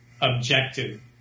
objective